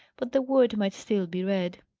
but the word might still be read.